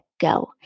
go